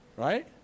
right